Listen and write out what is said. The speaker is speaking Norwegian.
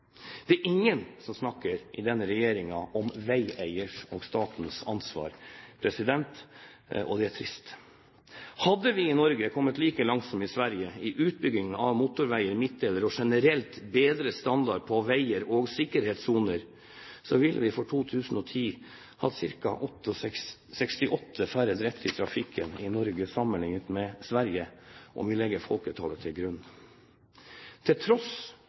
Det er ingen i denne regjeringen som snakker om veieiers og statens ansvar, og det er trist. Hadde vi i Norge kommet like langt som i Sverige i utbygging av motorveier, midtdelere og generelt bedre standard på veier og sikkerhetssoner, ville vi i 2010 hatt ca. 68 færre drepte i trafikken i Norge sammenlignet med i Sverige, om vi legger folketallet til grunn. Til tross